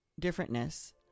differentness